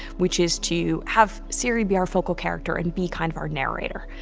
which is to have ciri be our focal character and be kind of our narrator.